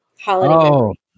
Holiday